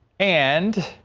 and.